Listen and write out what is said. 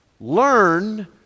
learn